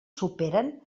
superen